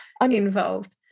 uninvolved